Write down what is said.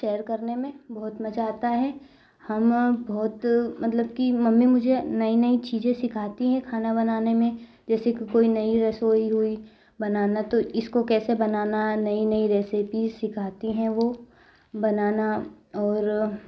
share करने में बहुत मजा आता है हम बहुत मतलब की मम्मी मुझे नई नई चीजें सिखाती है खाना बनाने में जैसे कि कोई नई रसोई हुई बनाना तो इसको कैसे बनाना है नई नई रेसपीज सिखाती हैं वो बनाना और